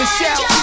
shout